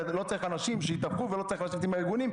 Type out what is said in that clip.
ולא צריך אנשים שיתווכו ולא צריך לשבת עם הארגונים.